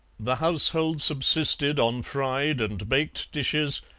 the household subsisted on fried and baked dishes,